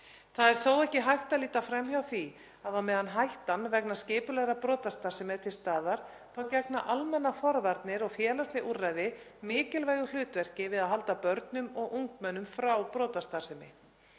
Það er þó ekki hægt að líta fram hjá því að á meðan hættan vegna skipulagðrar brotastarfsemi er til staðar þá gegna almennar forvarnir og félagsleg úrræði mikilvægu hlutverki við að halda börnum og ungmennum frá brotastarfsemi.